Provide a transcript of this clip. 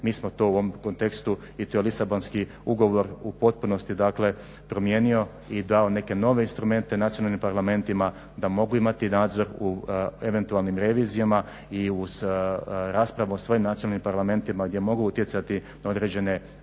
Mi smo to u ovom kontekstu i to Lisabonski ugovor u potpunosti promijenio i dao neke nove instrumente nacionalnim parlamentima da mogu imati nadzor u eventualnim revizijama i u raspravama u svojim nacionalnim parlamentima gdje mogu utjecati na određene